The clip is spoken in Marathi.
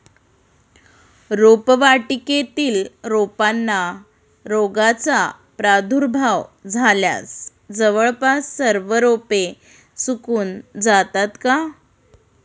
रोपवाटिकेतील रोपांना रोगाचा प्रादुर्भाव झाल्यास जवळपास सर्व रोपे सुकून जातात का?